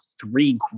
three